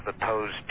opposed